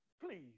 Please